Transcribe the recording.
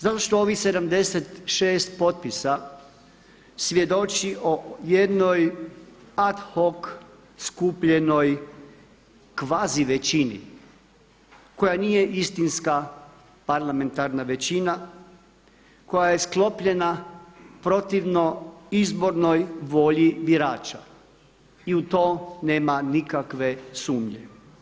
Zato što ovih 756 potpisa svjedoči o jednoj ad hoc skupljenoj kvazi većini koja nije istinska parlamentarna većina koja je sklopljena protivno izbornoj volji birača i u to nema nikakve sumnje.